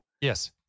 Yes